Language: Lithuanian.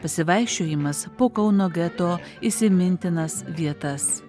pasivaikščiojimas po kauno geto įsimintinas vietas